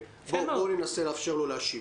בואו ננסה לאפשר לו להשיב.